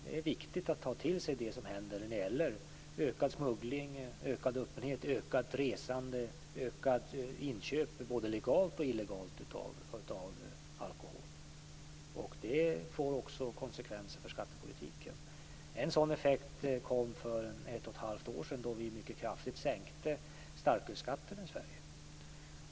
Det är viktigt att ta till sig det som händer i form av ökad smuggling, ökad öppenhet, ökat resande och ökat inköp både legalt och illegalt av alkohol. Det får också konsekvenser för skattepolitiken. En sådan effekt kom för ett och ett halvt år sedan då vi mycket kraftigt sänkte starkölsskatterna i Sverige.